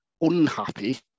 unhappy